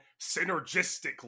synergistically